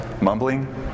Mumbling